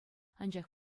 анчах